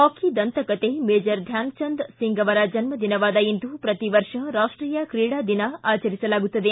ಹಾಕಿ ದಂತ ಕತೆ ಮೇಜರ್ ಧ್ಯಾನ್ಚಂದ್ ಸಿಂಗ್ ಅವರ ಜನ್ನ ದಿನವಾದ ಇಂದು ಶ್ರತಿ ವರ್ಷ ಿರಾಷ್ಟೀಯ ಕ್ರೀಡಾ ಆಚರಿಸಲಾಗುತ್ತದೆ